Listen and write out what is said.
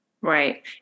Right